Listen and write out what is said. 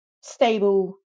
stable